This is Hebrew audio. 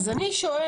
אז אני שואלת.